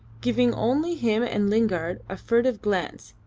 giving only him and lingard a furtive glance,